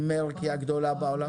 אם מארסק היא הגדולה בעולם?